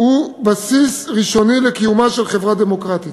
הוא בסיס ראשוני לקיומה של חברה דמוקרטית,